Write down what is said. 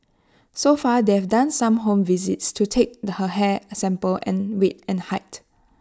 so far they've done some home visits to take her hair sample and weight and height